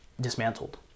dismantled